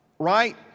right